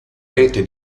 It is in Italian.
rete